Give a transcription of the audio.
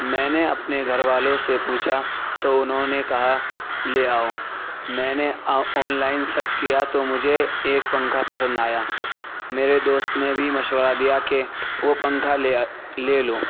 میں نے اپنے گھر والوں سے پوچھا تو انھوں نے کہا لے آؤ میں نے آن لائن سرچ کیا تو مجھے ایک پنکھا پسند آیا میرے دوست نے بھی مشورہ دیا کہ وہ پنکھا لے آ لے لو